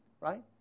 right